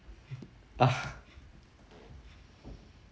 ah